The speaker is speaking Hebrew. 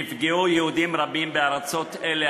נפגעו יהודים רבים בארצות אלה,